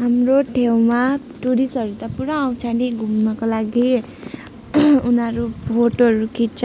हाम्रो ठाउँमा टुरिस्टहरू त पुरा आउँछ नि घुम्नुको लागि उनीहरू फोटोहरू खिच्छ